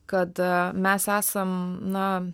kad a mes esam na